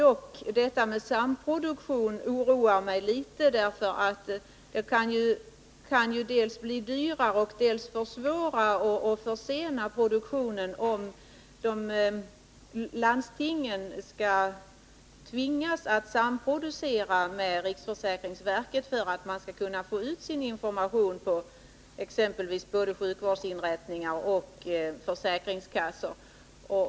Men detta med samproduktion oroar mig litet, därför att det kan dels bli dyrare, dels försvåra och försena produktionen om landstingen skall tvingas samproducera med riksförsäkringsverket för att få ut sin information till exempelvis försäkringskassor.